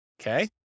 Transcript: Okay